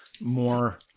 more